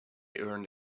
earned